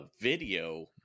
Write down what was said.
video